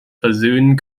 versöhnen